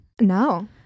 no